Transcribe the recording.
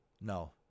No